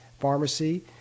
pharmacy